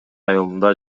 айылында